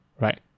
Right